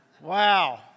Wow